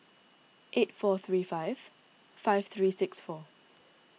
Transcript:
eight four three five five three six four